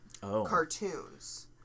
cartoons